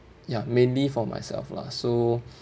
ya mainly for myself lah so